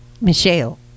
Michelle